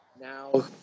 now